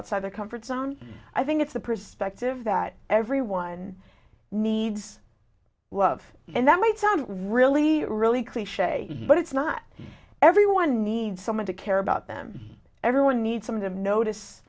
outside their comfort zone i think it's the perspective that everyone needs love and that might sound really really clich but it's not everyone needs someone to care about them everyone needs some of them notice